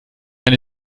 eine